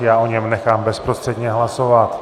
Já o něm nechám bezprostředně hlasovat.